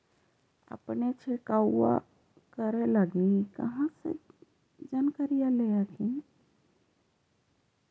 अपने छीरकाऔ करे लगी कहा से जानकारीया ले हखिन?